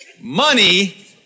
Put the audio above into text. Money